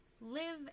live